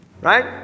right